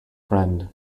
friend